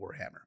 warhammer